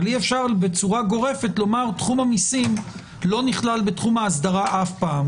אבל אי-אפשר בצורה גורפת לומר: תחום המיסים לא נכלל בתחום האסדרה לעולם.